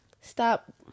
stop